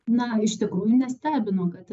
na iš tikrųjų nestebino kad